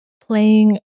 playing